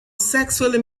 sexually